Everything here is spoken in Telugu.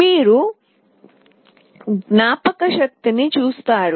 మీరు జ్ఞాపకశక్తిని చూస్తారు